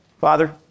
Father